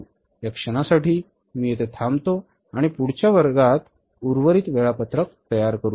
या क्षणासाठी मी येथे थांबतो आणि पुढच्या वर्गात उर्वरित वेळापत्रक तयार करू